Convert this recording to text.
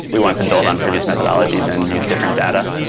we wanted to build on previous methodologies and use different data.